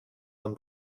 man